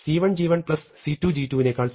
g1 c2